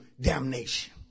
damnation